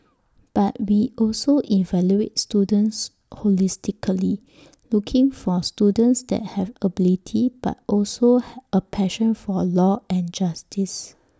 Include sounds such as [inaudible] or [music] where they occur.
but we also evaluate students holistically looking for students that have ability but also [hesitation] A passion for law and justice